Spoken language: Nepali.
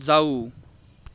जाऊ